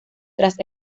tras